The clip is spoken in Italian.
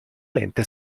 lente